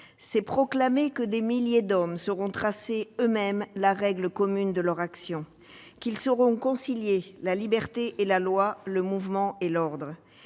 C'est proclamer que des milliers d'hommes sauront tracer eux-mêmes la règle commune de leur action ; qu'ils sauront concilier la liberté et la loi, le mouvement et l'ordre.